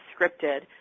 scripted